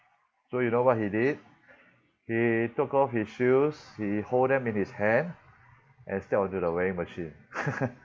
so you know what he did he took off his shoes he hold them in his hand and step onto the weighing machine